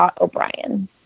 O'Brien